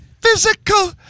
physical